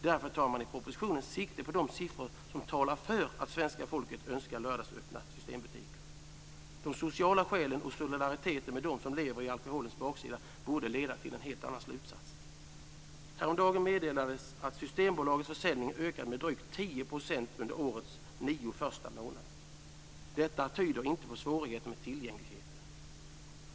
Därför tar man i propositionen sikte på de siffror som talar för att svenska folket önskar lördagsöppna Systembutiker. De sociala skälen och solidariteten med dem som lever med alkoholens baksida borde leda till en helt annan slutsats. Häromdagen meddelades att Systembolagets försäljning ökat med drygt 10 % under årets första nio månader. Detta tyder inte på svårigheter med tillgängligheten.